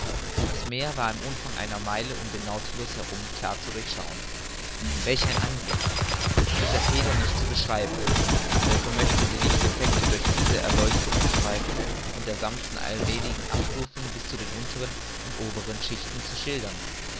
das meer war im umfang einer meile um den nautilus herum klar zu durchschauen welch ein anblick mit der feder nicht zu beschreiben wer vermöchte die lichteffecte durch diese erleuchteten streifen und der sanften allmäligen abstufungen bis zu den unteren und oberen schichten zu schildern